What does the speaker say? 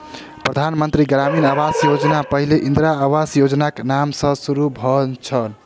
प्रधान मंत्री ग्रामीण आवास योजना पहिने इंदिरा आवास योजनाक नाम सॅ शुरू भेल छल